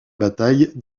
bataille